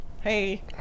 hey